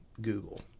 Google